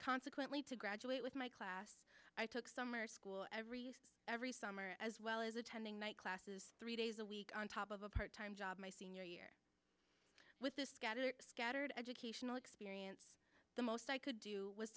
consequently to graduate with my class i took summer school everything every summer as well as attending my classes three days a week on top of a part time job my senior year with the scattered scattered educational experience the most i could do was